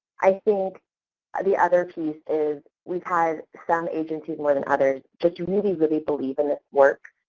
i think the other piece is we've had some agencies more than others just really, really believe in this work.